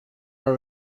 our